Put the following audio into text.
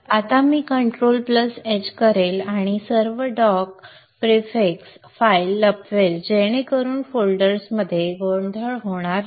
आता आपण कंट्रोलH करू आणि सर्व डॉक प्रिफिक्स फाइल्स लपवेल जेणेकरून फोल्डर्समध्ये गोंधळ होणार नाही